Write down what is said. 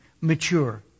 mature